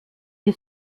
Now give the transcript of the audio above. die